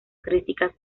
críticas